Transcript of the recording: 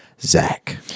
Zach